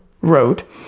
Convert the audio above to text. wrote